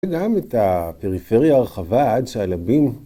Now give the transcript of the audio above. זה גם את הפריפריה הרחבה עד שעלבים.